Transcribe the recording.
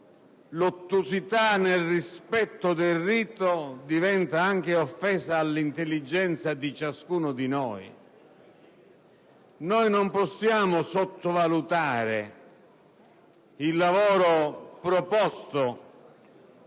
l'ottusità nel rispetto del rito diventa anche offesa all'intelligenza di ciascuno di noi. Non possiamo sottovalutare il lavoro proposto